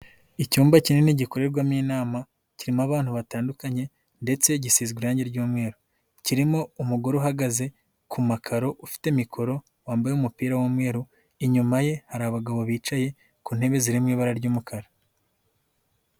Icyumba kinini gikorerwamo inama, kirimo abantu batandukanye ndetse gisize irangi ry'umweru. Kirimo umugore uhagaze ku makaro ufite mikoro wambaye umupira w'umweru. Inyuma ye hari abagabo bicaye ku ntebe ziri mu ibara ry'umukara.